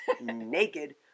naked